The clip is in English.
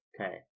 Okay